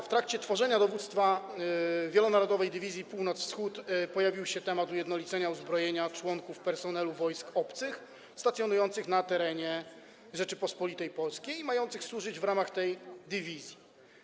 W trakcie tworzenia Dowództwa Wielonarodowej Dywizji Północ-Wschód pojawił się temat ujednolicenia uzbrojenia członków personelu wojsk obcych stacjonujących na terenie Rzeczypospolitej Polskiej i mających służyć w ramach tej dywizji.